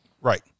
Right